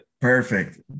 Perfect